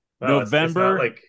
November